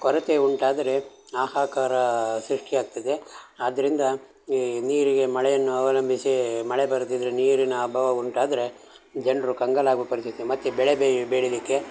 ಕೊರತೆ ಉಂಟಾದರೆ ಹಾಹಾಕಾರ ಸೃಷ್ಟಿ ಆಗ್ತದೆ ಆದ್ದರಿಂದ ಈ ನೀರಿಗೆ ಮಳೆಯನ್ನು ಅವಲಂಬಿಸಿ ಮಳೆ ಬರದಿದ್ದರೆ ನೀರಿನ ಅಭಾವ ಉಂಟಾದರೆ ಜನರು ಕಂಗಾಲಾಗುವ ಪರಿಸ್ಥಿತಿ ಮತ್ತೆ ಬೆಳೆ ಬೆಯ್ ಬೆಳಿಲಿಕ್ಕೆ